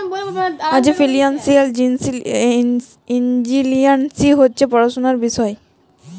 financial engineering হছে পড়াশুলার বিষয়